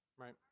Right